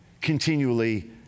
continually